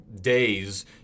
days